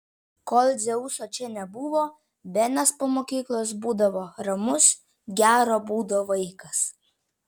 kol dzeuso čia nebuvo benas po mokyklos būdavo ramus gero būdo vaikas